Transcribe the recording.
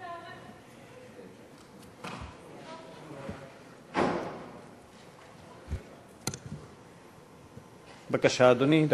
בבקשה, אדוני.